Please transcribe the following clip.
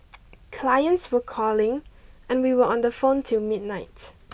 clients were calling and we were on the phone till midnight